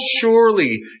surely